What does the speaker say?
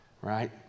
right